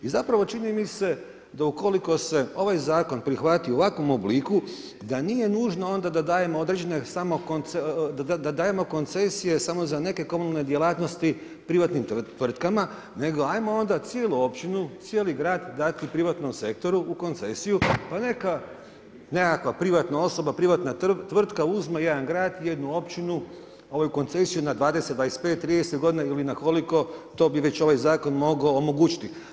I zapravo čini mi se da ukoliko se ovaj zakon prihvati u ovakvom obliku, da nije nužno onda da dajemo određene, da dajemo koncesije samo za neke komunalne djelatnosti privatnim tvrtkama, nego hajmo onda cijelu općinu, cijeli grad dati privatnom sektoru u koncesiju pa neka nekakva privatna osoba, privatna tvrtka uzme jedan grad, jednu općinu, koncesiju na 25, 30 godina ili na koliko to bi već ovaj zakon mogao omogućiti.